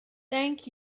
thank